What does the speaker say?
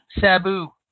Sabu